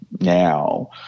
now